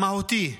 המהותי,